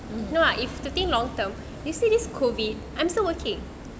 no lah if to think long term you see this COVID I'm still working